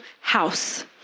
house